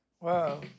wow